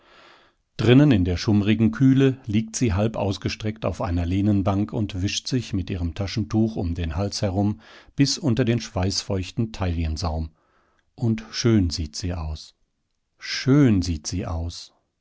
drinnen in der schummrigen kühle liegt sie halb ausgestreckt auf einer lehnenbank und wischt sich mit ihrem taschentuch um den hals herum bis unter den schweißfeuchten taillensaum und schön sieht sie aus schön sieht sie aus